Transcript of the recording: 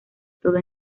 todo